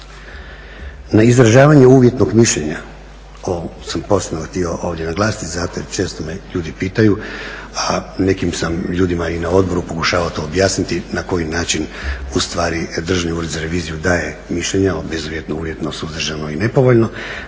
Na izražavanje uvjetnog mišljenja, ovo sam posebno htio ovdje naglasiti zato jer često me ljudi pitaju, a nekim sam ljudima i na odboru pokušavao to objasniti na koji način ustvari Državni ured za reviziju daje mišljenja bezuvjetno, uvjetno, suzdržano i nepovoljno,